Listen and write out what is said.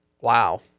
Wow